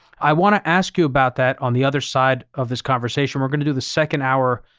i want to ask you about that on the other side of this conversation. we're going to do the second hour,